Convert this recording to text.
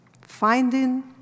Finding